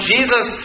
Jesus